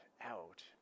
out